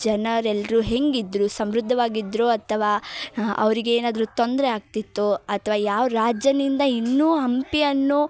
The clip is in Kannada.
ಜನರು ಎಲ್ಲರು ಹೇಗಿದ್ರು ಸಮೃದ್ಧವಾಗಿ ಇದ್ರೋ ಅಥವಾ ಅವರಿಗೆ ಏನಾದರು ತೊಂದರೆ ಆಗ್ತಿತ್ತೋ ಅಥವಾ ಯಾವ ರಾಜನಿಂದ ಇನ್ನೂ ಹಂಪಿ ಅನ್ನೋ